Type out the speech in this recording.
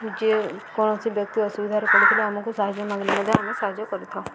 ଯିଏ କୌଣସି ବ୍ୟକ୍ତି ଅସୁବିଧାରେ କିଣିଥିଲେ ଆମକୁ ସାହାଯ୍ୟ ମାଗିଲେ ମଧ୍ୟ ଆମେ ସାହାଯ୍ୟ କରିଥାଉ